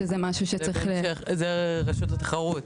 שזה משהו שצריך --- זה רשות התחרות.